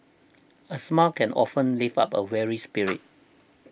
a smile can often lift up a weary spirit